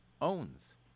owns